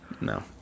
no